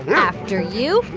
yeah after you,